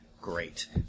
Great